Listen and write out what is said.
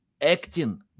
Acting